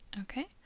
Okay